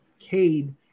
Cade